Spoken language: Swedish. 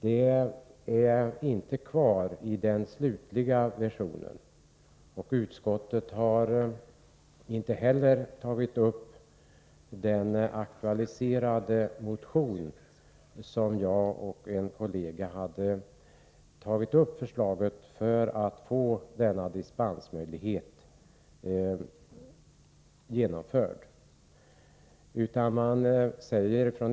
Detta är inte kvar i den slutliga versionen, och utskottet har inte heller tillstyrkt den motion där jag och en kollega tog upp förslaget att få denna dispensmöjlighet genomförd.